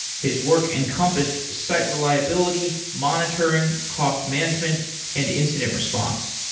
his work encompassed site reliability, monitoring, cost management and incident response.